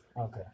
Okay